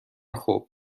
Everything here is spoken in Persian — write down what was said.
خوب